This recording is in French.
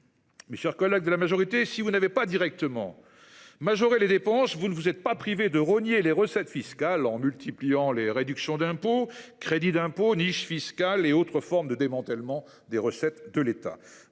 second trimestre de cette année. Si vous n’avez pas directement majoré les dépenses, vous ne vous êtes pas privés de rogner les recettes fiscales, en multipliant les réductions d’impôt, crédits d’impôt, niches fiscales et autres formes de démantèlement des recettes de l’État.